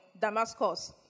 Damascus